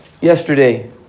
yesterday